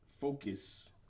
focus